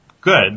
good